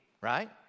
Right